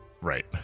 Right